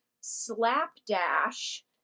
slapdash